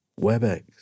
WebEx